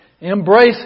Embrace